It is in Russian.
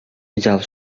взял